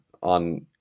on